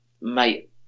Mate